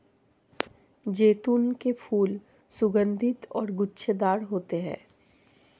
जैतून के फूल सुगन्धित और गुच्छेदार होते हैं